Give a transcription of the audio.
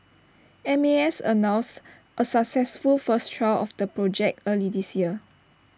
M A S announced A successful first trial of the project early this year